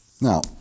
Now